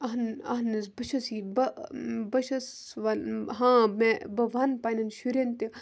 اہن اہن حظ بہٕ چھَس یہِ بہٕ بہٕ چھَس وَن ہاں مےٚ بہٕ وَنہٕ پنٛنٮ۪ن شُرٮ۪ن تہِ